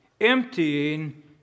emptying